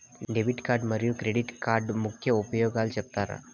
Debit card మరియు credit కార్డుల ముఖ్య ఉపయోగాలు సెప్తారా?